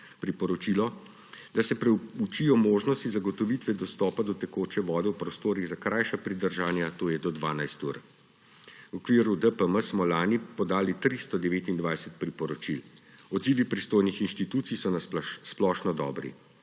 priporočilo, da se preučijo možnosti zagotovitve dostopa do tekoče vode v prostorih za krajša pridržanja, to je do 12 ur. V okviru DPM smo lani podali 329 priporočil. Odzivi pristojnih inštitucij so na splošno dobri.